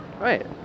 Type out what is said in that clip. Right